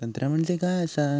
तंत्र म्हणजे काय असा?